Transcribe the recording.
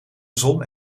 zon